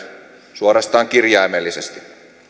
suorastaan kirjaimellisesti